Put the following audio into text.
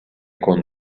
con